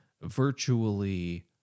virtually